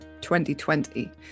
2020